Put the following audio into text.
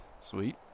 Sweet